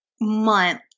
month